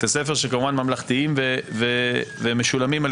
בתי ספר שכמובן ממלכתיים ומשולמים על